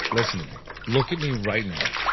listen to me. look at me right now.